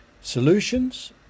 Solutions